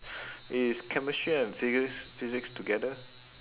is chemistry and physics physics together